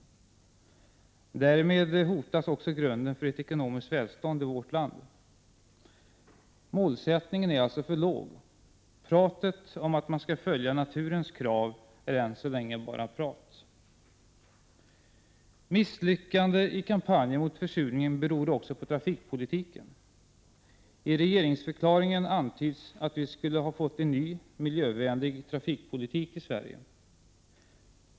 Därmed hotas också grunden för ett ekonomiskt välstånd i vårt land. Målsättningen är alltså för låg. Pratet om att man skall följa naturens krav är än så länge bara prat. Misslyckandet i kampanjen mot försurningen beror också på trafikpolitiken. I regeringsförklaringen antyds att vi skulle ha fått en ny, miljövänlig trafikpolitik i Sverige.